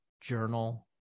Journal